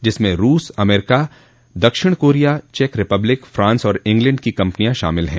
जिसमें रूस अमेरिका दक्षिण कोरिया चेक रिपब्लिक फांस और इंग्लैण्ड की कम्पनियां शामिल हैं